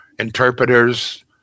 interpreters